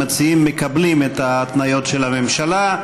המציעים מקבלים את ההתניות של הממשלה,